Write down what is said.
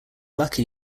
lucky